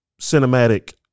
cinematic